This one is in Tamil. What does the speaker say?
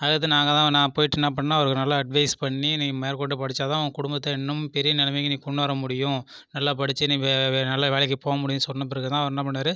அடுத்து நாங்கள் தான் நான் போய்ட்டு என்ன பண்ணேன் அவருக்கு நல்லா அட்வைஸ் பண்ணி நீங்கள் மேற்கொண்டு படித்தா தான் குடும்பத்தை இன்னும் பெரிய நிலைமைக்கு நீ கொண்டுவர முடியும் நல்லா படித்து நீ நல்ல வேலைக்குக் போகமுடியும்னு சொன்ன பிறகு தான் அவர் என்ன பண்ணார்